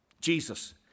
Jesus